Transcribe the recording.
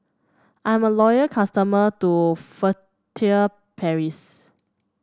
I'm a loyal customer to Furtere Paris